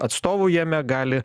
atstovų jame gali